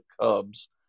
Cubs